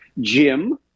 Jim